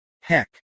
Heck